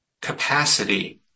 capacity